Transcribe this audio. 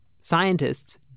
scientists